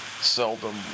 seldom